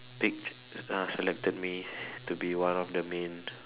picked uh selected me to be one of the main